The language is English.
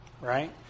right